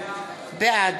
בעד